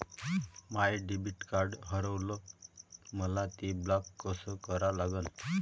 माय debit card हारवलं, मले ते ब्लॉक कस करा लागन?